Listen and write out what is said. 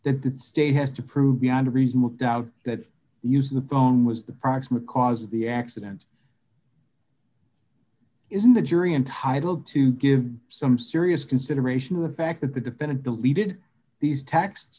that the state has to prove beyond a reasonable doubt that use the phone was the proximate cause of the accident isn't the jury entitled to give some serious consideration of the fact that the defendant deleted these tax